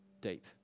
deep